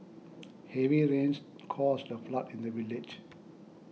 heavy rains caused a flood in the village